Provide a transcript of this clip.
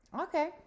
Okay